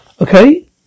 okay